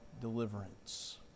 deliverance